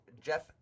Jeff